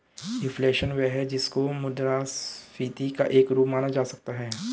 reflation वह है जिसको मुद्रास्फीति का एक रूप माना जा सकता है